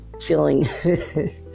feeling